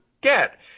get